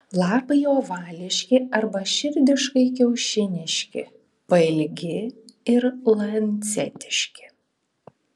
lapai ovališki arba širdiškai kiaušiniški pailgi ir lancetiški